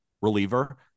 reliever